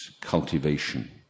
cultivation